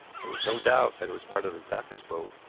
there was no doubt that it was part of the doctor's boat.